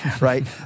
right